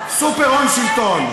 סופר הון-שלטון.